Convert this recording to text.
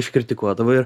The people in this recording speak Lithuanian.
iškirtikuodavo ir